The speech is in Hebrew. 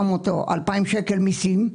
900 או 2,000 שקל מיסים.